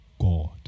God